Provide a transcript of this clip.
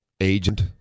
agent